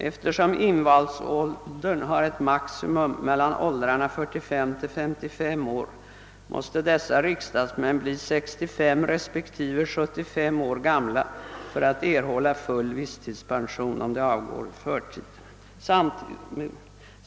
Eftersom invalsåldern har ett maximum mellan åldrarna 45—55 år, måste dessa riksdagsmän bli 65 respektive 75 år gamla för att erhålla full visstidspension.